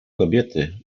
kobiety